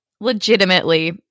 legitimately